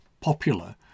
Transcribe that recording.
popular